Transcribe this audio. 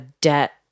debt